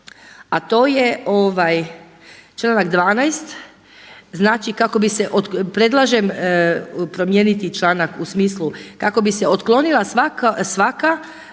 a to je članak 12. Znači kako bi se, predlažem promijeniti članak u smislu kako bi se otklonila svaka sumnja,